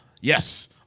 Yes